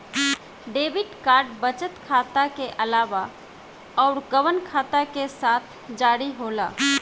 Debit card बचत खाता के अलावा अउरकवन खाता के साथ जारी होला?